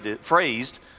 phrased